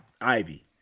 Ivy